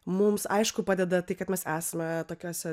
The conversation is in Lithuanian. mums aišku padeda tai kad mes esame tokiuose